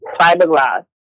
fiberglass